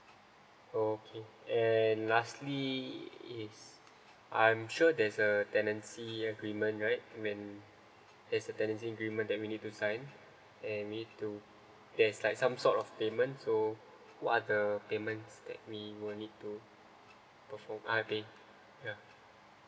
oh okay and lastly is I'm sure there's a tenancy agreement right then there's tenancy agreement that we need to sign and we need to there's like some sort of payment so what are the payment uh we will need to perform ah pay yeah